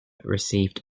received